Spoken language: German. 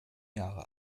jahre